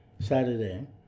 saturday